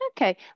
okay